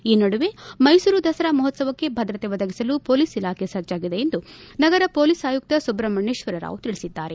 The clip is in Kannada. ಈ ನಡುವೆ ಮೈಸೂರು ದಸರಾ ಮಹೋತ್ತವಕ್ಕೆ ಭದ್ರತೆ ಒದಗಿಸಲು ಪೊಲೀಸ್ ಇಲಾಖೆ ಸಜ್ಟಾಗಿದೆ ಎಂದು ನಗರ ಪೊಲೀಸ್ ಆಯುಕ್ತ ಸುಬ್ರಹ್ಮಣ್ಕೇಶ್ವರ್ರಾವ್ ತಿಳಿಸಿದ್ದಾರೆ